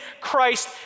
Christ